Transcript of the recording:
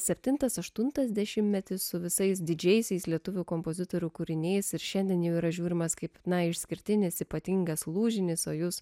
septintas aštuntas dešimtmetis su visais didžiaisiais lietuvių kompozitorių kūriniais ir šiandien jau yra žiūrimas kaip na išskirtinis ypatingas lūžis o jūs